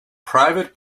private